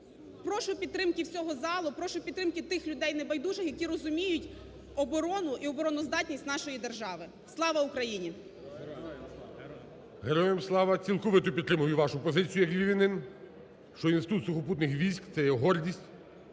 Прошу підтримки всього залу. Прошу підтримки тих людей небайдужих, які розуміють оборону і обороноздатність нашої держави. Слава Україні! ГОЛОВУЮЧИЙ. Героям слава! Цілковито підтримую вашу позицію як львів'янин, що Інститут сухопутних військ – це є гордість